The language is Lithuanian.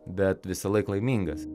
bet visąlaik laimingas